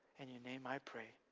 in your name i pray,